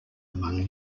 among